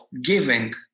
giving